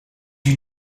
you